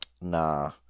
Nah